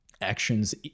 actions